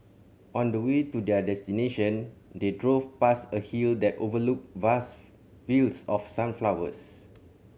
on the way to their destination they drove past a hill that overlooked vast fields of sunflowers